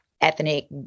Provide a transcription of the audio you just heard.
ethnic